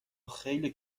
خیلی